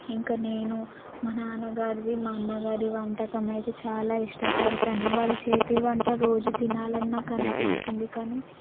ఇంకా నేను మా నాన్నగారివి మా అన్నగారి వంటకం అయితే చాలా ఇష్టపడతాను వాళ్ళ చేతి వంట రోజు తినాలని నాకు అనిపిస్తుంది కానీ